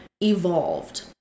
evolved